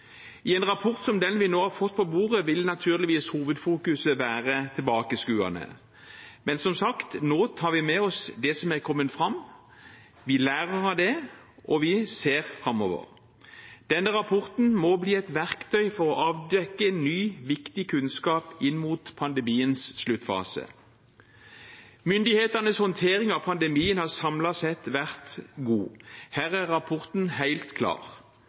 I en rapport som den vi nå har fått på bordet, vil naturligvis hovedfokuset være tilbakeskuende. Men som sagt, nå tar vi med oss det som er kommet fram, vi lærer av det, og vi ser framover. Denne rapporten må bli et verktøy for å avdekke ny viktig kunnskap inn mot pandemiens sluttfase. Myndighetenes håndtering av pandemien har samlet sett vært god. Her er rapporten helt klar.